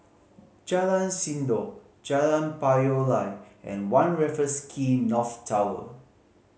Jalan Sindor Jalan Payoh Lai and One Raffles Quay North Tower